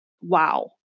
wow